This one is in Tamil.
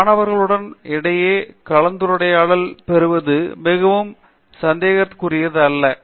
மாணவருக்கு இடையே கலந்துரையாடலைப் பெறுவது மிகவும் சந்தேகத்திற்குரியது அல்ல